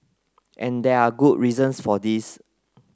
and there are good reasons for this